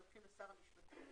מדווחים לשר המשפטים.